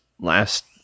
last